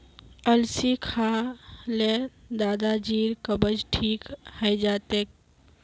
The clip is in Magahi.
अलसी खा ल दादाजीर कब्ज ठीक हइ जा तेक